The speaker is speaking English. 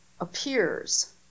appears